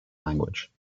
language